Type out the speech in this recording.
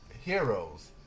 heroes